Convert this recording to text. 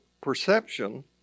perception